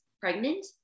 pregnant